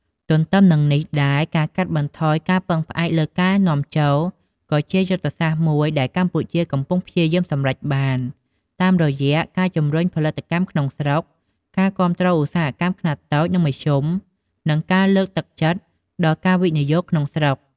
ទន្ទឹមនឹងនេះដែរ ការកាត់បន្ថយការពឹងផ្អែកលើការនាំចូល ក៏ជាយុទ្ធសាស្ត្រមួយដែលកម្ពុជាកំពុងព្យាយាមសម្រេចបាន តាមរយៈការជំរុញផលិតកម្មក្នុងស្រុក ការគាំទ្រឧស្សាហកម្មខ្នាតតូច និងមធ្យម និងការលើកទឹកចិត្តដល់ការវិនិយោគក្នុងស្រុក។